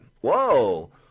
Whoa